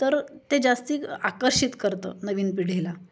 तर ते जास्त आकर्षित करतं नवीन पिढीला